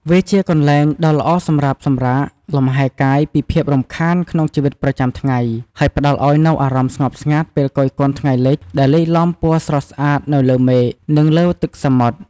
វាជាកន្លែងដ៏ល្អសម្រាប់សម្រាកលំហែកាយពីភាពរំខានក្នុងជីវិតប្រចាំថ្ងៃ ហើយផ្តល់ឱ្យនូវអារម្មណ៍ស្ងប់ស្ងាត់ពេលគយគន់ថ្ងៃលិចដែលលាយឡំពណ៌ស្រស់ស្អាតនៅលើមេឃ និងលើទឹកសមុទ្រ។